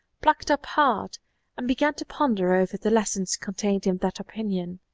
plucked up heart and began to ponder over the lessons contained in that opinion.